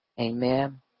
Amen